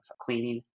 cleaning